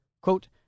Quote